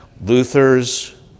Luther's